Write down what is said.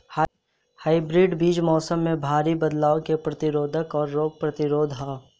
hybrid बीज मौसम में भारी बदलाव के प्रतिरोधी और रोग प्रतिरोधी ह